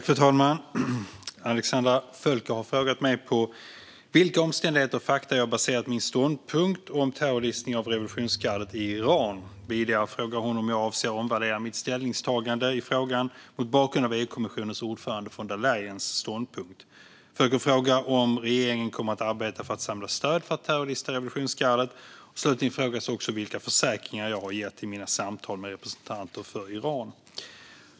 Fru talman! Alexandra Völker har frågat mig på vilka omständigheter och fakta jag baserat min ståndpunkt om terrorlistning av revolutionsgardet i Iran. Vidare frågar hon om jag avser att omvärdera mitt ställningstagande i frågan mot bakgrund av EU-kommissionens ordförande von der Leyens ståndpunkt. Völker frågar om regeringen kommer att arbeta för att samla stöd för att terrorlista revolutionsgardet. Slutligen frågas också vilka försäkringar jag har gett i mina samtal med representanter för Iran.